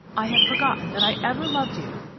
i have forgotten that i ever loved you.